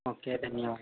ఒకే అయితే మీ